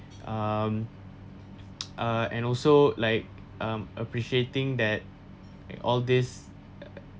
um uh and also like um appreciating that all this